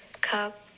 Cup